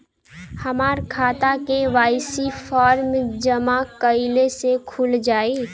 हमार खाता KYC form जमा कइले से खुल जाई?